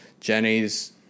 Jenny's